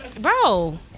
bro